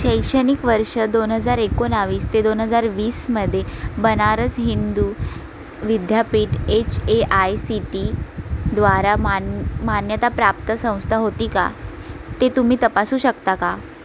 शैक्षणिक वर्ष दोन हजार एकोणवीस ते दोन हजार वीसमध्ये बनारस हिंदू विद्यापीठ एच ए आय सी टीद्वारा मान मान्यताप्राप्त संस्था होती का ते तुम्ही तपासू शकता का